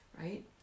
right